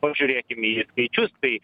pažiūrėkim į skaičius tai